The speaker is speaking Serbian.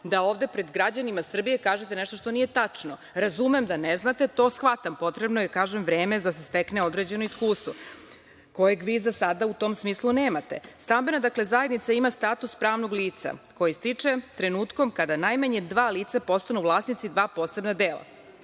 da ovde pred građanima Srbije kažete nešto što nije tačno. Razumem da ne znate, to shvatam, potrebno je vreme da se stekne određeno iskustvo, kojeg vi za sada u tom smislu nemate. Stambena zajednica ima status pravno lica koje stiče trenutkom kada najmanje dva lica postanu vlasnici dva posebna dela,